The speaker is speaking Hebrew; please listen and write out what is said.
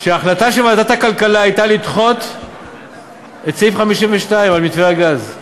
שההחלטה של ועדת הכלכלה הייתה לדחות את סעיף 52 על מתווה הגז.